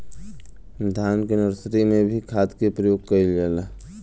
धान के नर्सरी में भी खाद के प्रयोग कइल जाला?